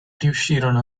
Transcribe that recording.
riuscirono